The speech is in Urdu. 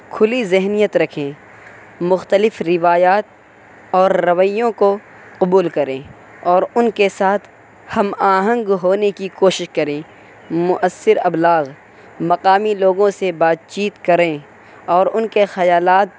کھلی ذہنیت رکھیں مختلف روایات اور رویوں کو قبول کریں اور ان کے ساتھ ہم آہنگ ہونے کی کوشش کریں مؤثر ابلاغ مقامی لوگوں سے بات چیت کریں اور ان کے خیالات